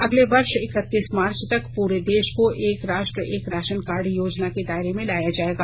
अगले वर्ष इकतीस मार्च तक पूरे देश को एक राष्ट्र एक राशन कार्ड योजना के दायरे में लाया जाएगा